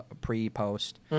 pre-post